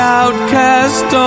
outcast